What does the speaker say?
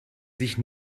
sich